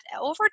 over